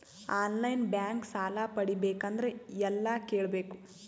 On line bank ಸಾಲ ಪಡಿಬೇಕಂದರ ಎಲ್ಲ ಕೇಳಬೇಕು?